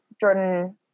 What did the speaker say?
Jordan